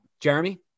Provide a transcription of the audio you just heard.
Jeremy